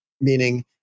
meaning